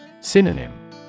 Synonym